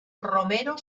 romero